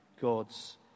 God's